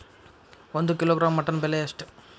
ಒಂದು kilogram mutton ಬೆಲೆ ಎಷ್ಟ್?